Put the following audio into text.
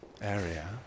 area